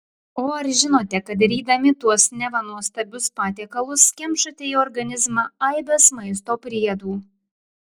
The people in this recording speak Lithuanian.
o ar žinote kad rydami tuos neva nuostabius patiekalus kemšate į organizmą aibes maisto priedų